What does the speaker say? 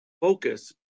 focus